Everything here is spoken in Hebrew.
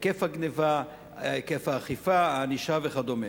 היקף הגנבה, היקף האכיפה, הענישה וכדומה.